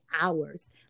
hours